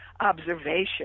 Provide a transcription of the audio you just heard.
observation